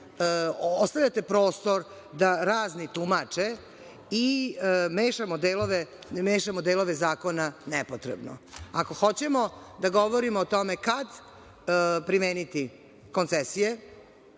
ostavljate prostor da razni tumače i mešamo delove zakona nepotrebno. Ako hoćemo da govorimo o tome kad primeniti koncesije,